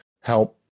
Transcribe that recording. help